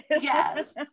Yes